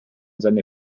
seine